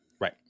Right